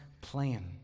plan